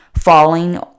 falling